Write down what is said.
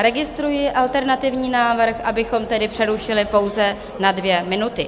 Registruji alternativní návrh, abychom tedy přerušili pouze na dvě minuty.